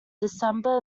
december